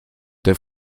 der